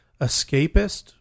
escapist